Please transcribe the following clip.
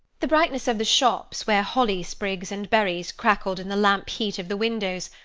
the brightness of the shops where holly sprigs and berries crackled in the lamp heat of the windows,